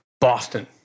Boston